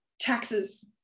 taxes